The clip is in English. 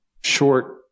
short